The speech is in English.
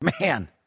man